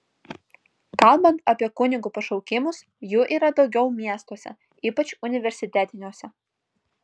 kalbant apie kunigų pašaukimus jų yra daugiau miestuose ypač universitetiniuose